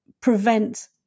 prevent